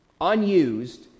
unused